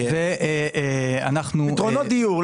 פתרונות דיור.